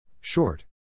Short